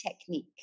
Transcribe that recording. technique